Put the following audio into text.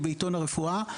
בעיתון הרפואה.